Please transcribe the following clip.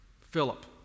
Philip